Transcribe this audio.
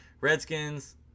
Redskins